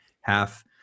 half